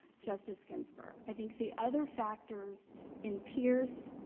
justice ginsburg, i think the other factors in pierce,